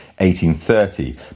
1830